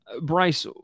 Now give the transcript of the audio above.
Bryce